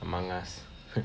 among us